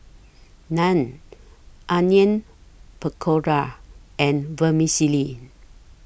Naan Onion Pakora and Vermicelli